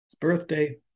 birthday